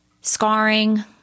scarring